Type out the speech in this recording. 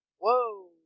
Whoa